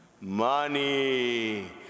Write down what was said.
Money